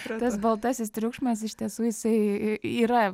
tas baltasis triukšmas iš tiesų jisai yra